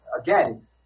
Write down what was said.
Again